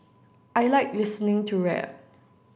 I like listening to rap